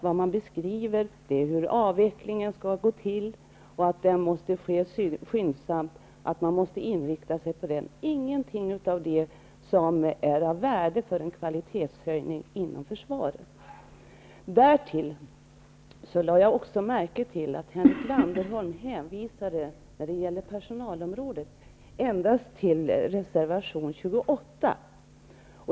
Vad som beskrivs är hur avvecklingen skall gå till och att man skall inrikta sig på att den skall ske skyndsamt. Det står ingenting som skulle vara av värde för en kvalitetshöjning inom försvaret. Därtill lade jag också märke till att Henrik Landerholm när det gäller personalområdet endast hänvisade till reservation 28.